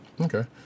Okay